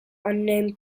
unnamed